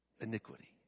iniquity